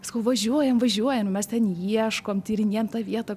sakau važiuojam važiuojam mes ten ieškom tyrinėjam tą vietą